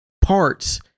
parts